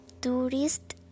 tourist